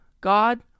God